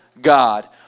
God